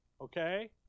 Okay